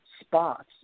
spots